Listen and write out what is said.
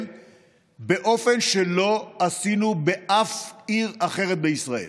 באופן שלא עשינו באף עיר אחרת בישראל.